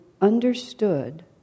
understood